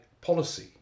policy